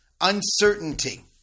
uncertainty